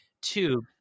two